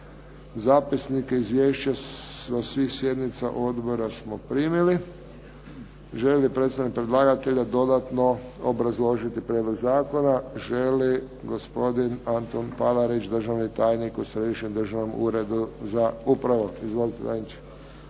Zapisnike izvješća sa svih sjednica odbora smo primili. Želi li predstavnik predlagatelja dodatno obrazložiti prijedlog zakona? Želi. Gospodin Antun Palarić, državni tajnik u Središnjem državnom uredu za upravu. Izvolite tajniče.